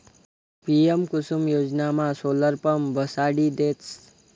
PM Kusum योजनामा solar pump बसाडी देतस